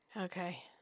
Okay